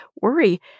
worry